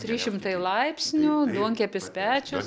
trys šimtai laipsnių duonkepis pečius